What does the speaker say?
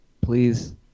Please